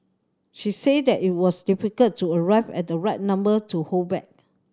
she said that it was difficult to arrive at the right number to hold back